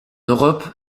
europe